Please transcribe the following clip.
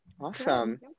Awesome